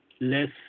less